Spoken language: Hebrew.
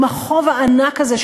עם החוב הענק הזה,